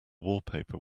wallpaper